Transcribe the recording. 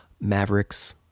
Maverick's